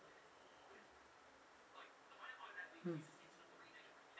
hmm